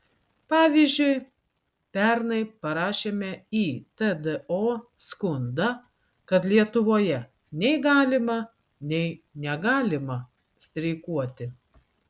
pavyzdžiui pernai parašėme į tdo skundą kad lietuvoje nei galima nei negalima streikuoti